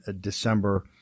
December